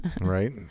Right